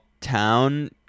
town